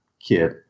kid